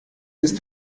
ist